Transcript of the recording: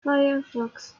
firefox